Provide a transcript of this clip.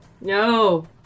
No